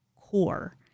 core